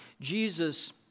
Jesus